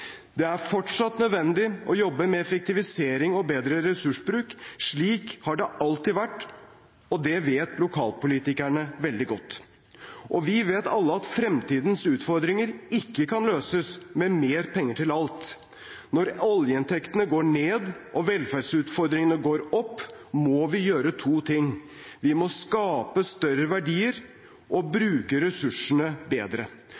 Det er fortsatt nødvendig å jobbe med effektivisering og bedre ressursbruk. Slik har det alltid vært, og det vet lokalpolitikerne veldig godt. Vi vet alle at fremtidens utfordringer ikke kan løses med mer penger til alt. Når oljeinntektene går ned, og velferdsutfordringene går opp, må vi gjøre to ting. Vi må skape større verdier og bruke ressursene bedre.